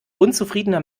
unzufriedener